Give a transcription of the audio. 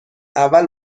اول